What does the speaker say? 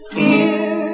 fear